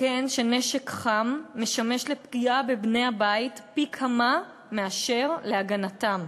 וכן שנשק חם משמש לפגיעה בבני-הבית פי כמה מאשר להגנתם.